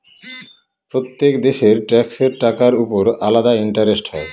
প্রত্যেক দেশের ট্যাক্সের টাকার উপর আলাদা ইন্টারেস্ট হয়